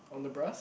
on the bus